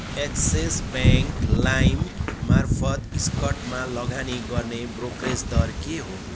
axis bank lime मार्फत स्टकमा लगानी गर्ने ब्रोकरेज दर के हो